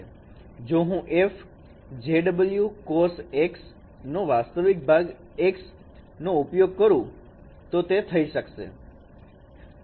જો હું f cos cos નો વાસ્તવિક ભાગ નો ઉપયોગ કરો તો તે થઈ શકશે